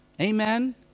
Amen